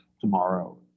tomorrow